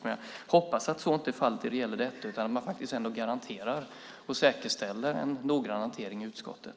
Men jag hoppas att så inte är fallet när det gäller detta, utan att man faktiskt garanterar och säkerställer en noggrann hantering i utskottet.